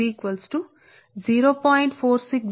కాబట్టి ఇది వాస్తవానికి L11 మరియు ఇది వాస్తవానికి M12